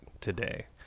today